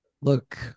look